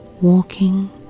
Walking